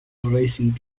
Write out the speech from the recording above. racing